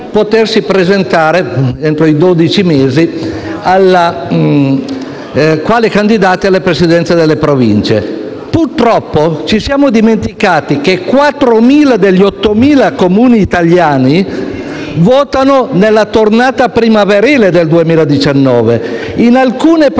2018 di presentarsi, entro i dodici mesi, quali candidati alle Presidenze delle Province. Purtroppo ci siamo dimenticati che 4.000 degli 8.000 Comuni italiani votano nella tornata primaverile del 2019 e in alcune Province